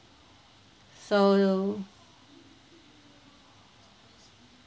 so